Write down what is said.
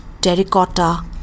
terracotta